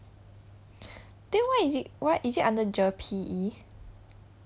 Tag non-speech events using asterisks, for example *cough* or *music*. *breath* then why is it why is it under GER P_E